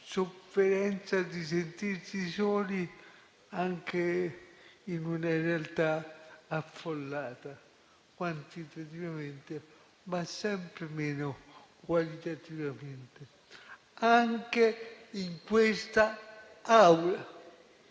sofferenza di sentirsi soli anche in una realtà affollata quantitativamente, ma sempre meno qualitativamente, anche in questa Aula,